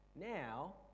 Now